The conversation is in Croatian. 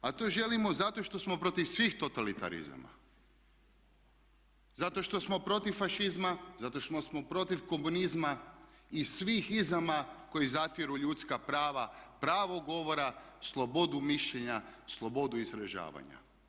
A to želimo zato što smo protiv svih totalitarizama, zato što smo protiv fašizma, zato što smo protiv komunizma i svih izama koji zatiru ljudska prava, pravo govora, slobodu mišljenja, slobodu izražavanja.